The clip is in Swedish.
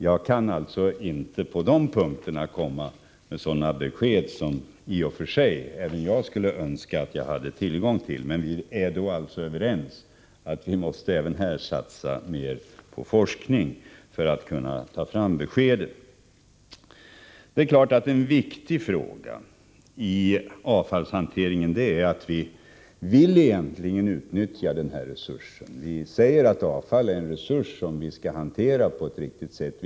Jag kan alltså inte på de här punkterna komma med sådana besked som i och för sig även jag skulle önska att jag hade tillgång till. Vi är alltså överens om att vi även här måste satsa mera på forskning för att kunna ta fram beskeden. En viktig fråga i avfallshanteringen är att vi egentligen vill utnyttja den här resursen. Vi säger att avfall är en resurs som vi skall hantera på ett riktigt sätt.